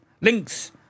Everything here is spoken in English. Links